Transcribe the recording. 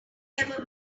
ever